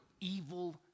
evil